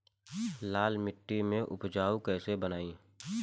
लाल मिट्टी के उपजाऊ कैसे बनाई?